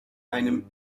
einem